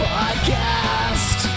Podcast